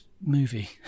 movie